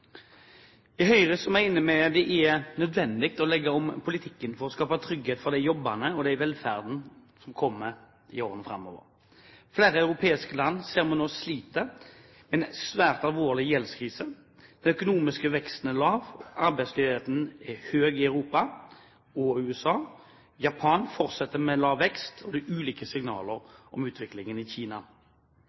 I Høyre mener vi det er nødvendig å legge om politikken for å skape trygghet for jobbene og velferden i årene som kommer. Flere europeiske land ser man nå sliter med en svært alvorlig gjeldskrise, den økonomiske veksten er lav og arbeidsledigheten høy i Europa og USA. Japan fortsetter med lav vekst, og det er ulike signaler om utviklingen i Kina.